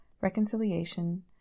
reconciliation